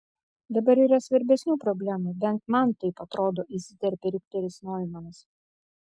dabar yra svarbesnių problemų bent man taip atrodo įsiterpė riteris noimanas